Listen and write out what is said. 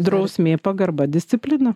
drausmė pagarba disciplina